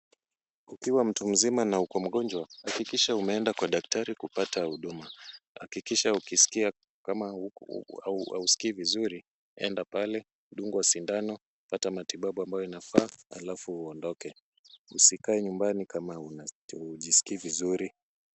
Ukiwa mtu mzima na uko mgonjwa, hakikisha umeenda kwa daktari kupata huduma. Hakikisha ukiskia kama huskii vizuri, enda pale, dungwa sindano, pata matibabu ambayo inafaa halafu uondoke. Usikae nyumbani kama hujiskii vizuri.